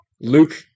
Luke